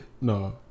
No